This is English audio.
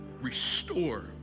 restore